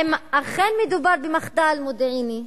האם אכן מדובר במחדל מודיעיני?